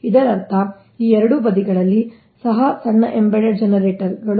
ಇದರ ಅರ್ಥ ಈ ಎರಡೂ ಬದಿಗಳಲ್ಲಿ ಸಹ ಸಣ್ಣ ಎಂಬೆಡೆಡ್ ಜನರೇಟರ್ಗಳು